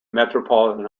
metropolitan